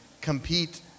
compete